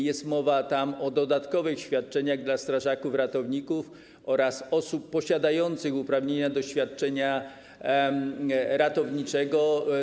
Jest tam także mowa o dodatkowych świadczeniach dla strażaków ratowników oraz osób posiadających uprawnienia do świadczenia ratowniczego.